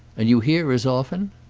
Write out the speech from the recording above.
and you hear as often?